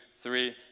three